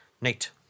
Nate